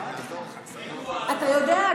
אתה יודע,